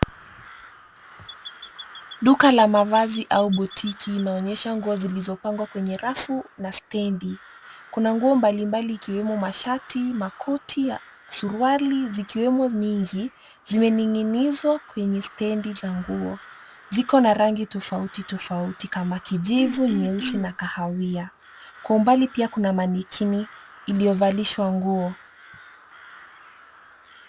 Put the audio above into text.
Duka la mavazi au botiki inaonyesha nguo zilizopangwa kwenye rafu na stendi. Kuna nguo mbalimbali ikiwemo mashati, makoti, suruali, zikiwemo mingi zimening'inizwa kwenye stendi za nguo. Ziko na rangi tofautitofauti kama kijivu, nyeusi na kahawia. Kwa umbali pia kuna manikeni iliyovalishwa nguo.